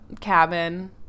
cabin